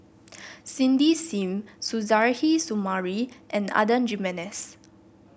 Cindy Sim Suzairhe Sumari and Adan Jimenez